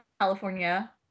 California